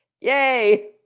Yay